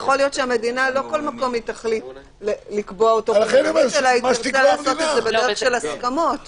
יכול להיות שהמדינה לא כל מקום תחליט אלא תעשה את זה בדרך של הסכמות.